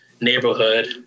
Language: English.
neighborhood